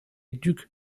duc